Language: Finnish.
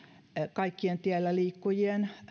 kaikkien tielläliikkujien